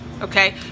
Okay